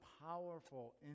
powerful